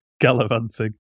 gallivanting